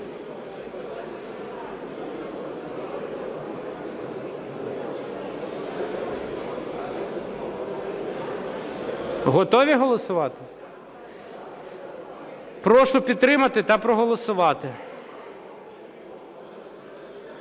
Готові голосувати? Прошу підтримати та проголосувати.